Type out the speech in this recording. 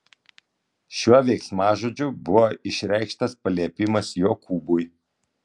šiuo veiksmažodžiu buvo išreikštas paliepimas jokūbui